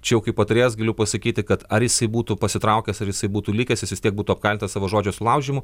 čia jau kaip patarėjas galiu pasakyti kad ar jisai būtų pasitraukęs ar jisai būtų likęs jis vis tiek būtų apkaltintas savo žodžio sulaužymu